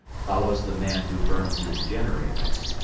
follows the man who burns his generators.